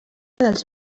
dels